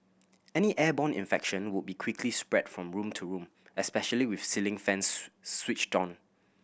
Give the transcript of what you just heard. any airborne infection would be quickly spread from room to room especially with ceiling fans switched on